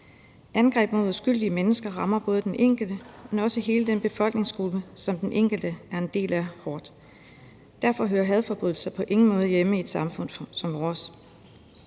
Angreb mod uskyldige mennesker rammer både den enkelte, men også hele den befolkningsgruppe, som den enkelte er en del af, hårdt. Derfor hører hadforbrydelser på ingen måde hjemme i et samfund som vores.